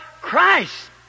Christ